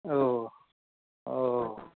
ओऽ ओऽ